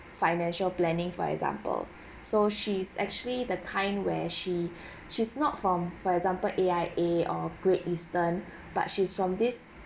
financial planning for example so she's actually the kind where she she's not from for example A_I_A or great eastern but she's from this